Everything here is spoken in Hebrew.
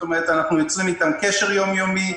אנחנו יוצרים איתם קשר יום-יומי,